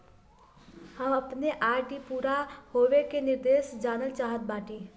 हम अपने आर.डी पूरा होवे के निर्देश जानल चाहत बाटी